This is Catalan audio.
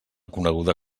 coneguda